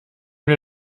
wir